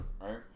right